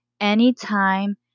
anytime